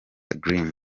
green